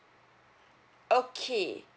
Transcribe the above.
okay